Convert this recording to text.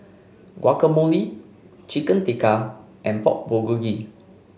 Guacamole Chicken Tikka and Pork Bulgogi